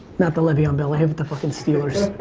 not the levion bell. i hate the fucking steelers.